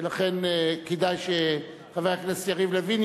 ולכן כדאי שחבר הכנסת יריב לוין.